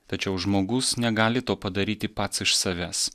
tačiau žmogus negali to padaryti pats iš savęs